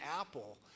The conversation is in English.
apple